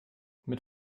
mit